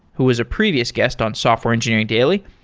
who was a previous guest on software engineering daily.